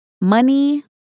money